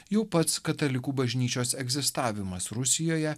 jau pats katalikų bažnyčios egzistavimas rusijoje